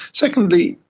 secondly,